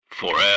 Forever